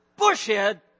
Bushhead